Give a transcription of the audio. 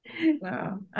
Wow